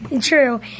True